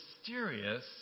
mysterious